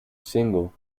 single